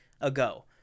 ago